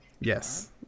Yes